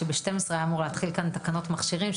כשב-12:00 היה אמור להתחיל כאן דיון תקנות מכשירים.